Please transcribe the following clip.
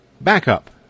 backup